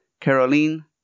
Caroline